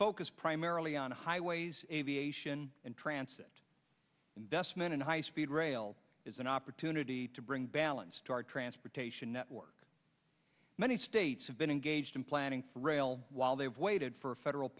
focused primarily on highways aviation and transect investment in high speed rail is an opportunity to bring balance to our transportation network many states have been engaged in planning rail while they've waited for a federal